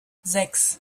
sechs